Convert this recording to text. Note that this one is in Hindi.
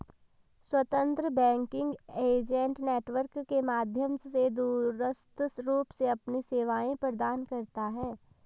स्वतंत्र बैंकिंग एजेंट नेटवर्क के माध्यम से दूरस्थ रूप से अपनी सेवाएं प्रदान करता है